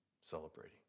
celebrating